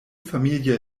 familie